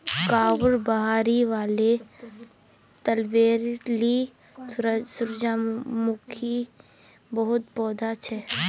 गांउर बहिरी वाले तलबेर ली सूरजमुखीर बहुत पौधा छ